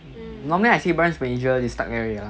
normally I see branch manager they stuck there already ah